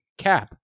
cap